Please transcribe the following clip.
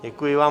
Děkuji vám.